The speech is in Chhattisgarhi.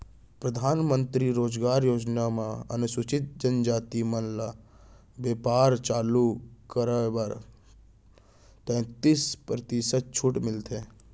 परधानमंतरी रोजगार योजना म अनुसूचित जनजाति मन ल बेपार चालू करब म तैतीस परतिसत छूट मिलथे